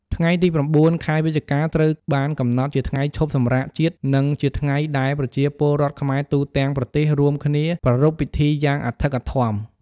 ថ្ងៃទី ៩ ខែវិច្ឆិកា ត្រូវបានកំណត់ជាថ្ងៃឈប់សម្រាកជាតិ និងជាថ្ងៃដែលប្រជាពលរដ្ឋខ្មែរទូទាំងប្រទេសរួមគ្នាប្រារព្ធពិធីយ៉ាងអធិកអធម។